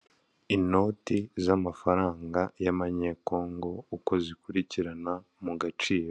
Ni isoko ryiza hasi risashe amakaro hejuru hari parafo, mu rwego rwo kwirinda